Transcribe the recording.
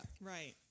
Right